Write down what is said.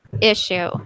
issue